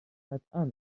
قطعا